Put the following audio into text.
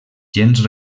gens